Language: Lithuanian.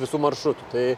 visų maršrutų tai